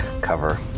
cover